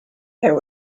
there